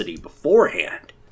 beforehand